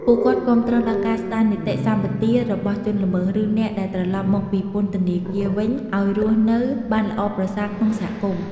ពួកគាត់គាំទ្រដល់ការស្តារនីតិសម្បទារបស់ជនល្មើស ឬអ្នកដែលត្រឡប់មកពីពន្ធនាគារវិញ ឲ្យរស់នៅបានល្អប្រសើរក្នុងសហគមន៍។